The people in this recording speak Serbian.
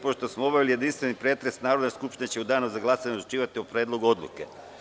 Pošto smo obavili jedinstveni pretres, Narodna skupština će u danu za glasanje odlučivati o Predlogu odluke.